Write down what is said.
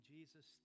Jesus